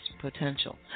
Potential